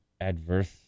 adverse